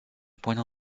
понял